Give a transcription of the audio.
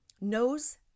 knows